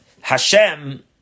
Hashem